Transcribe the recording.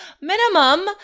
minimum